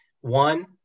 One